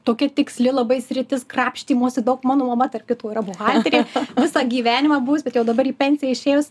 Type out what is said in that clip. tokia tiksli labai sritis krapštymosi daug mano mama tarp kitko yra buhalterė visą gyvenimą buvus bet jau dabar į pensiją išėjus